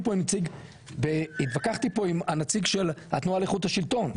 פה עם הנציג של התנועה לאיכות השלטון,